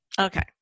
Okay